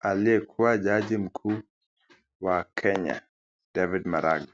aliyekuwa jaji mkuu wa Kenya David Maranga.